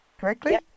correctly